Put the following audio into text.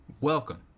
Welcome